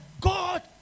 God